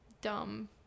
dumb